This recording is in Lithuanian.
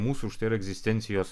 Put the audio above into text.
mūsų egzistencijos